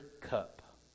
cup